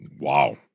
Wow